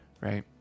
right